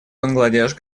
бангладеш